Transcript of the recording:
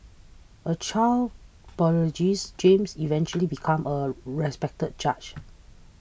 a child prodigies James eventually became a respected judge